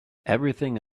everything